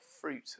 fruit